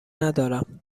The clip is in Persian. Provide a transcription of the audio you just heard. ندارم